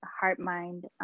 heart-mind